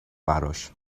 براش